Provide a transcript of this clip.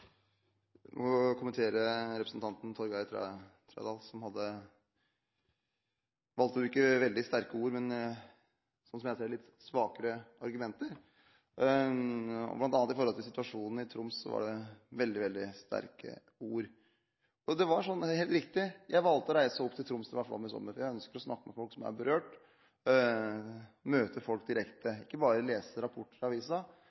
må kommentere representanten Torgeir Trældal, som hadde valgt å bruke veldig sterke ord, men, slik jeg ser det, litt svakere argumenter. Blant annet var det veldig sterke ord om situasjonen i Troms. Det er helt riktig at jeg valgte å reise opp til Troms da det var flom i sommer fordi jeg ønsket å snakke med folk som var berørt, og møte folk